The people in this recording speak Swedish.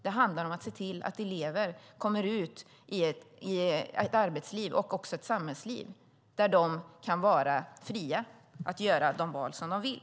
Det handlar om att se till att elever kommer ut i ett arbetsliv och ett samhällsliv där de kan vara fria att göra de val som de vill.